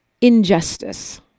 injustice